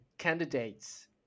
candidates